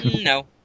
No